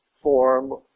form